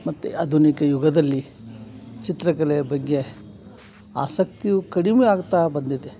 ಮತ್ತು ಆಧುನಿಕ ಯುಗದಲ್ಲಿ ಚಿತ್ರಕಲೆಯ ಬಗ್ಗೆ ಆಸಕ್ತಿಯೂ ಕಡಿಮೆ ಆಗ್ತಾ ಬಂದಿದೆ